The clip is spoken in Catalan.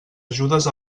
ajudes